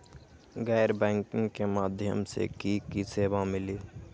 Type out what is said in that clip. गैर बैंकिंग के माध्यम से की की सेवा मिली?